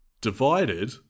divided